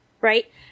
right